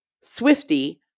swifty